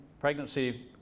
pregnancy